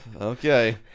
Okay